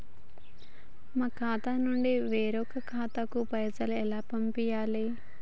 మా ఖాతా నుండి వేరొక ఖాతాకు పైసలు ఎలా పంపియ్యాలి?